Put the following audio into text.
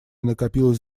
накопилось